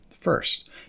first